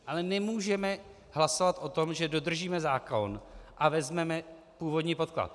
Ale nemůžeme hlasovat o tom, že dodržíme zákon a vezmeme původní podklad.